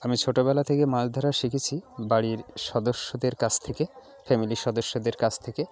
আমি ছোটোবেলা থেকে মাছ ধরা শিখেছি বাড়ির সদস্যদের কাছ থেকে ফ্যামিলির সদস্যদের কাছ থেকে